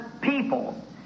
people